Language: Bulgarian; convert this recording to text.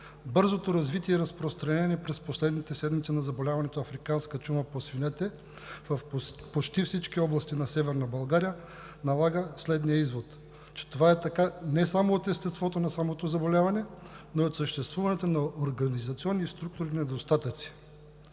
бързото развитие и разпространение през последните седмици на заболяването африканска чума по свинете в почти всички области на Северна България налага следния извод, че това е така не само от естеството на самото заболяване, но и от съществуването на организационни структурни недостатъци.